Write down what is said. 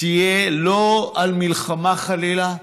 תהיה לא על מלחמה, חלילה,